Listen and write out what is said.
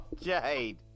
Jade